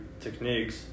techniques